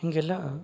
ಹೀಗೆಲ್ಲಾ